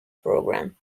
program